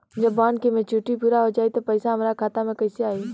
जब बॉन्ड के मेचूरिटि पूरा हो जायी त पईसा हमरा खाता मे कैसे आई?